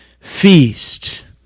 feast